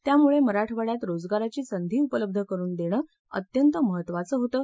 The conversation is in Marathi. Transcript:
त्यामुळे मराठवाडयात रोजगाराची संधी उपलब्ध करुन देणं अत्यंत महत्वाचं होतं